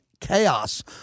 chaos